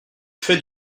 fais